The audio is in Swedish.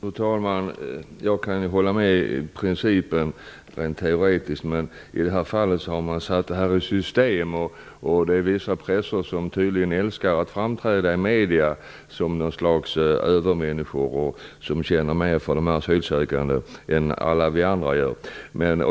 Fru talman! Jag kan rent teoretiskt hålla med om principen. Men i det här fallet har detta satts i system. Det finns vissa präster som tydligen älskar att framträda i medierna som något slags övermänniskor som känner mer för de asylsökande än vad alla vi andra gör.